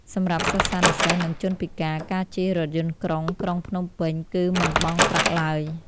សម្រាប់សិស្សានុសិស្ស និងជនពិការ ការជិះរថយន្តក្រុងក្រុងភ្នំពេញគឺមិនបង់ប្រាក់ឡើយ។